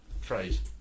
phrase